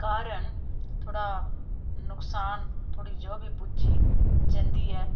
कारण थोह्ड़ा नुकसान थोह्ड़ी जो बी पुज्जी जंदी ऐ